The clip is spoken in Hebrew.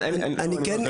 נכון, וזה לא סותר שום דבר.